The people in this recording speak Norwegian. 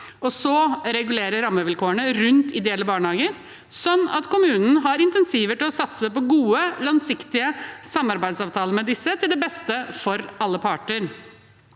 og så regulere rammevilkårene rundt ideelle barnehager slik at kommunen har insentiver til å satse på gode, langsiktige samarbeidsavtaler med disse, til beste for alle parter.